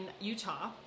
utah